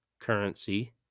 currency